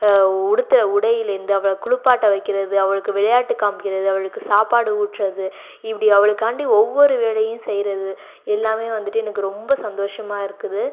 உடுத்துகிற உடையிலேருந்து அவளை குளிப்பாட்ட வைக்கிறது அவளுக்கு விளையாட்டு காமிக்கிறது அவளுக்கு சாப்பாடு ஊட்டுறது இப்படி அவளுக்காண்டி ஒவ்வொரு வேலையும் செய்யுறது எல்லாமே வந்துவிட்டு எனக்கு ரொம்ப சந்தோஷமாக இருக்குது